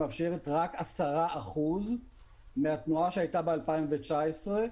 מאפשרת רק 10% מהתנועה שהייתה ב-2019,